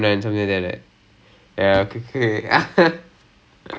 ya ya ya அவங்களே தான் அவங்களே தான்:avangale avangale thaan